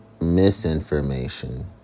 misinformation